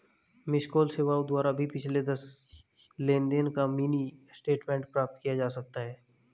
miss call सेवाओं द्वारा भी पिछले दस लेनदेन का मिनी स्टेटमेंट प्राप्त किया जा सकता है